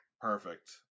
Perfect